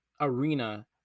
arena